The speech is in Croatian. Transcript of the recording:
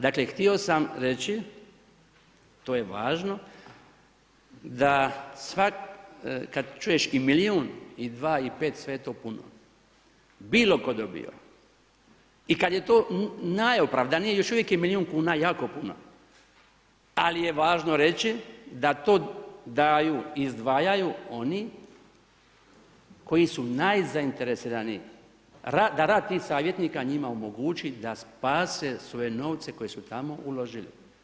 Dakle htio sam reći to je važno da kada čuješ i milijun i dva i pet sve je to puno, bilo ko dobio i kada je to najopravdanije još uvijek je milijun kuna jako puno, ali je važno reći da daju izdvajaju oni koji su najzainteresiraniji da rad tih savjetnika njima omogući da spase svoje novce koje su tamo uložili.